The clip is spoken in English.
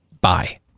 bye